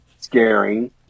scaring